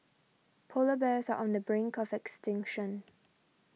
Polar Bears are on the brink of extinction